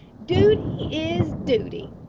dooty is dooty!